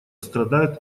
страдают